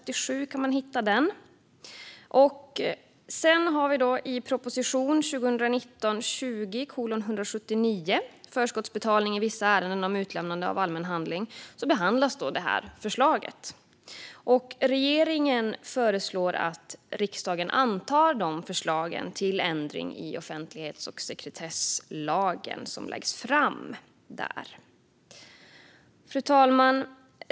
I proposition 2019/20:179 Förskottsbetalning i vissa ärenden om utlämnande av allmän handling behandlas förslaget. Regeringen föreslår att riksdagen antar det förslag till ändring i offentlighets och sekretesslagen som läggs fram där. Fru talman!